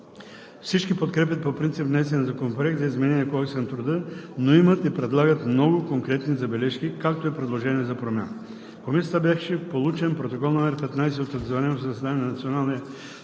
Всички подкрепят по принцип внесения Законопроект за изменение на Кодекса на труда, но имат и предлагат много конкретни забележки, както и предложения за промяна. В Комисията беше получен Протокол № 15 от извънредното заседание на Националния